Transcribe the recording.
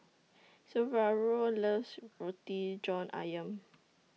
Saverio loves Roti John Ayam